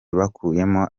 bakuyemo